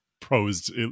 posed